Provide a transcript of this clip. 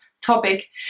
topic